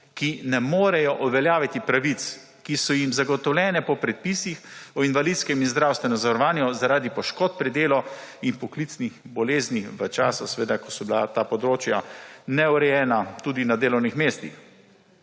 ki ne morejo uveljaviti pravic, ki so jim zagotovljene po predpisih o invalidskem in zdravstvenem zavarovanju, zaradi poškodb pri delu in poklicnih bolezni v času, ko so bila ta področja neurejena tudi na delovnih mestih.